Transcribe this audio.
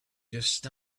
just